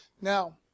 Now